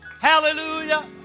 Hallelujah